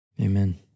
Amen